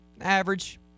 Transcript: average